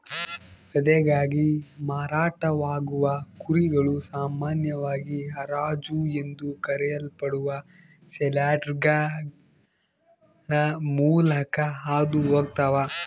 ವಧೆಗಾಗಿ ಮಾರಾಟವಾಗುವ ಕುರಿಗಳು ಸಾಮಾನ್ಯವಾಗಿ ಹರಾಜು ಎಂದು ಕರೆಯಲ್ಪಡುವ ಸೇಲ್ಯಾರ್ಡ್ಗಳ ಮೂಲಕ ಹಾದು ಹೋಗ್ತವ